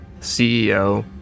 CEO